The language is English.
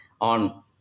on